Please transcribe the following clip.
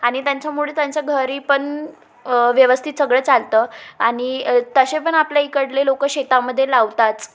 आणि त्यांच्यामुळे त्यांचं घरी पण व्यवस्थित सगळं चालतं आणि तसे पण आपल्या इकडले लोक शेतामध्ये लावतात